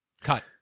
Cut